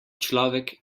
človek